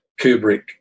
Kubrick